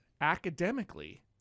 academically